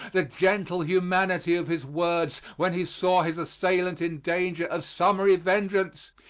the gentle humanity of his words when he saw his assailant in danger of summary vengeance,